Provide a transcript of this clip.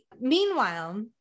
Meanwhile